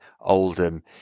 Oldham